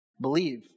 believe